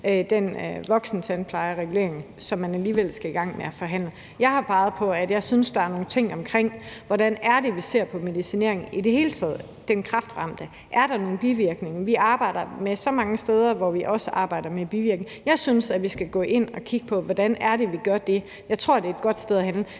den voksentandplejeregulering, som man alligevel skal i gang med at forhandle. Jeg har peget på, at jeg synes, der er nogle ting om, hvordan vi ser på medicinering i det hele taget. Er der nogen bivirkninger for den kræftramte? Vi arbejder med så mange steder, hvor vi også arbejder med bivirkninger. Jeg synes, at vi skal gå ind og kigge på, hvordan vi gør det. Jeg tror, det er et godt sted at handle.